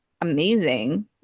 amazing